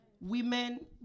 Women